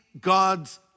God's